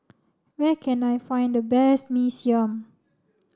where can I find the best Mee Siam